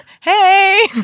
Hey